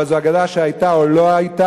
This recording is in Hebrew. אבל זו אגדה שהיתה או לא היתה,